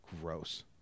Gross